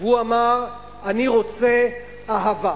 והוא אמר: אני רוצה אהבה.